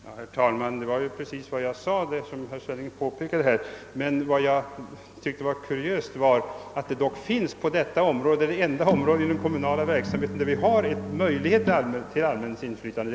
Herr talman! Detta var ju precis vad jag sade. Men vad jag tyckte var kuriöst var att det skulle krävas större konsumentinflytande just på detta område, som är det enda inom den kommunala verksamheten där allmänheten har inflytande.